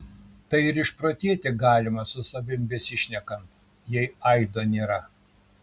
tai ir išprotėti galima su savimi besišnekant jei aido nėra